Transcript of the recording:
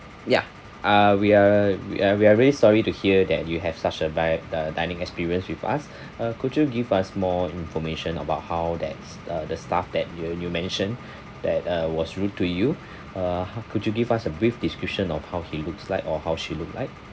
ya uh we are uh we are very sorry to hear that you have such a bad uh dining experience with us uh could you give us more information about how that's uh the staff that you uh you mentioned that uh was rude to you uh how could you give us a brief description of how he looks like or how she looked like